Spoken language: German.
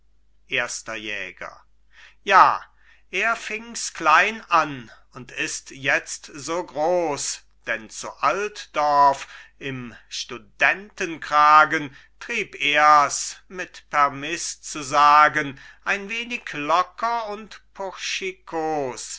erster jäger ja er fings klein an und ist jetzt so groß denn zu altdorf im studentenkragen trieb ers mit permiß zu sagen ein wenig locker und